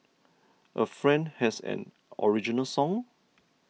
a friend has an original song